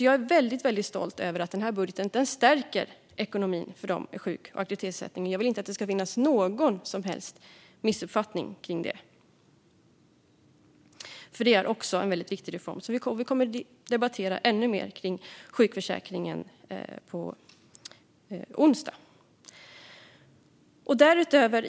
Jag är väldigt stolt över att denna budget stärker ekonomin för dem med sjuk och aktivitetsersättning. Jag vill inte att det ska finnas någon som helst missuppfattning om det, för detta är en väldigt viktig reform. Vi kommer att debattera ännu mer om sjukförsäkringen på onsdag.